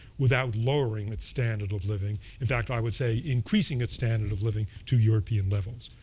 without lowering its standard of living, in fact, i would say increasing its standard of living to european levels.